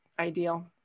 Ideal